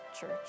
Church